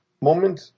moment